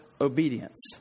obedience